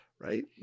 right